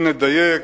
אם נדייק,